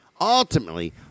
Ultimately